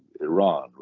Iran